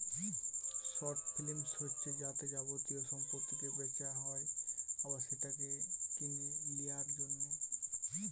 short finance হচ্ছে যাতে যাবতীয় সম্পত্তিকে বেচা হয় আবার সেটাকে কিনে লিয়ার জন্যে